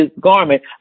garment